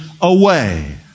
away